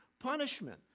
punishment